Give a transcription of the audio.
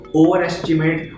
overestimate